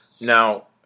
Now